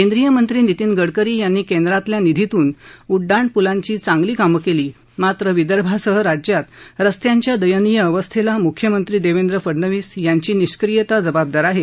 केंद्रीय मंत्री नितीन गडकरी यांनी केंद्रातील निधीतून उड्डाणपूलाची चांगली कामं केली मात्र विदर्भासह राज्यात रस्त्यांच्या दयनीय अवस्थेस मुख्यमंत्री देवेद्र फडणवीस यांची निष्क्रियता जबाबदार आहे